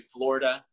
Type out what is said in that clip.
Florida